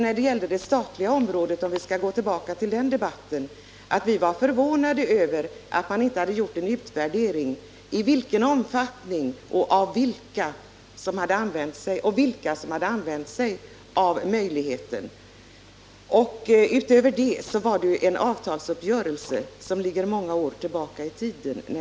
För att gå tillbaka till debatten om förhållandena på det statliga området var vi förvånade över att man inte hade gjort en utvärdering av i vilken omfattning och av vilka som denna möjlighet till partiell tjänstledighet hade utnyttjats. Det gäller dessutom en avtalsuppgörelse som ligger många år tillbaka i tiden.